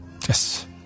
Yes